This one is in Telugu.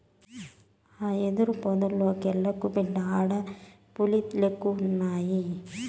ఆ యెదురు పొదల్లోకెల్లగాకు, బిడ్డా ఆడ పులిలెక్కువున్నయి